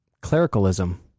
clericalism